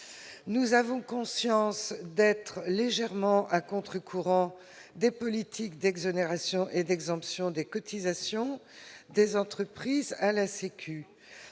Nous avons conscience d'être légèrement à contre-courant des politiques d'exonération et d'exemption de cotisations de sécurité